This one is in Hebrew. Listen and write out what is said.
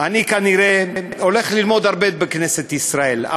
אני כנראה הולך ללמוד הרבה בכנסת ישראל,